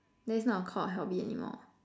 then is not a called hobby anymore